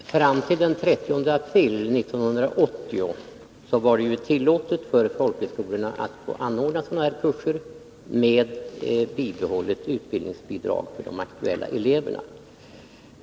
Herr talman! Fram till den 30 april 1980 var det tillåtet för folkhögskolorna att anordna sådana här kurser med bibehållet utbildningsbidrag till de aktuella eleverna.